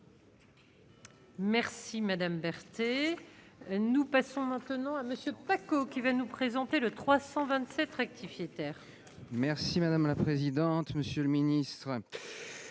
Merci madame Woerth et nous passons maintenant à monsieur Pacaud qui va nous présenter le 327 rectifié terre. Merci madame la présidente, monsieur le ministre,